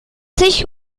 sich